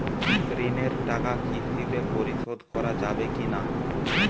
ঋণের টাকা কিস্তিতে পরিশোধ করা যাবে কি না?